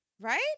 Right